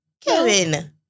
Kevin